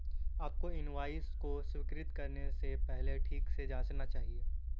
आपको इनवॉइस को स्वीकृत करने से पहले ठीक से जांचना चाहिए